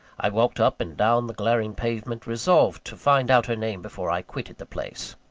i walked up and down the glaring pavement, resolved to find out her name before i quitted the place.